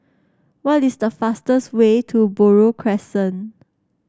what is the fastest way to Buroh Crescent